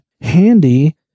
Handy